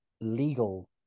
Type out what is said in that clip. legal